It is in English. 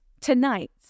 Tonight